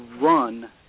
run